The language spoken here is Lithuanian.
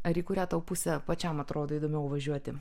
ar į kurią tau pusę pačiam atrodo įdomiau važiuoti